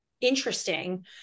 interesting